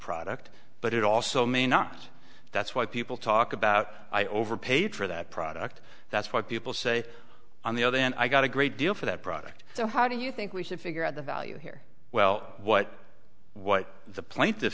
product but it also may not that's why people talk about i overpaid for that product that's what people say on the other hand i got a great deal for that product so how do you think we should figure out the value here well what what the pla